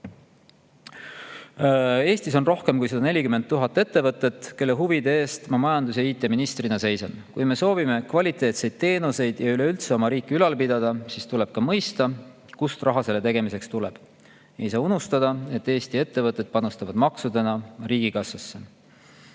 Eestis on rohkem kui 140 000 ettevõtet, kelle huvide eest ma majandus‑ ja IT‑ministrina seisan. Kui me soovime kvaliteetseid teenuseid ja üleüldse oma riiki ülal pidada, siis tuleb ka mõista, kust raha selleks tuleb. Ei saa unustada, et Eesti ettevõtted panustavad maksude [maksmise]